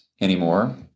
anymore